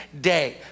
day